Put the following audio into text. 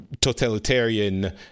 totalitarian